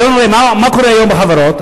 מה קורה היום בחברות?